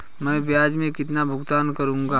मैं ब्याज में कितना भुगतान करूंगा?